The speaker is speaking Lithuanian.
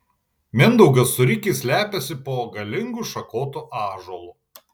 mindaugas su rikiais slepiasi po galingu šakotu ąžuolu